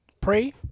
Pray